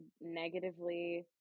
negatively